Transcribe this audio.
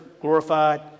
glorified